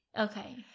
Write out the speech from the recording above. okay